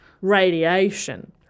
radiation